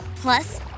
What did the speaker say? Plus